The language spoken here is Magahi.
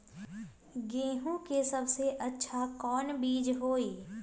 गेंहू के सबसे अच्छा कौन बीज होई?